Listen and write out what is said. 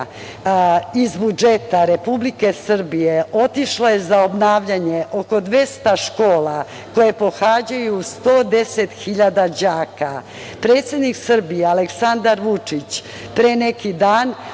iz budžeta Republike Srbije otišlo je za obnavljanje oko 200 škola koje pohađaju 110 hiljada đaka. Predsednik Srbije Aleksandar Vučić pre neki dan,